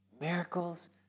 Miracles